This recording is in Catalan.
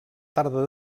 tarda